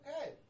Okay